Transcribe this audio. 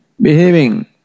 behaving